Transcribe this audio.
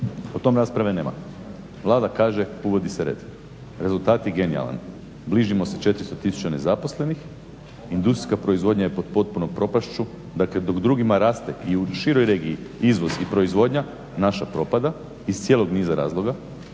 o tome rasprave nema. Vlada kaže uvodi se red. Rezultat je genijalan, bližimo se 400 tisuća nezaposlenih, industrijska proizvodnja je pod potpunom propašću. Dakle, dok drugim raste i u široj regiji izvoz i proizvodnja naša propada iz cijelog niza razloga